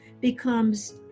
becomes